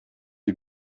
die